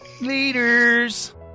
leaders